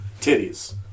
Titties